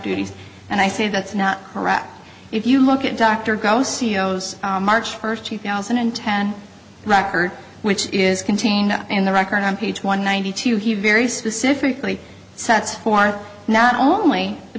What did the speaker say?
duties and i say that's not correct if you look at dr goh ceo's march first two thousand and ten record which is contained in the record on page one ninety two he very specifically sets forth not only the